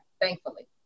thankfully